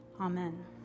Amen